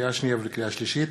לקריאה שנייה ולקריאה שלישית,